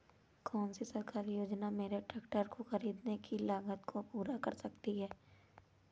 कौन सी सरकारी योजना मेरे ट्रैक्टर को ख़रीदने की लागत को पूरा कर सकती है?